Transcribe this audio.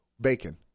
Bacon